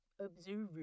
observer